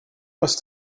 must